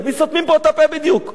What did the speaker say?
למי סותמים פה את הפה בדיוק?